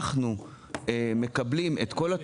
אנחנו מקבלים את כל התלונות.